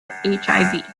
hiv